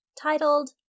titled